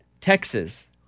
Texas